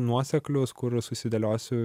nuoseklius kur susidėliosiu